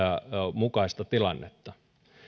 mukaista tilannetta